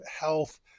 health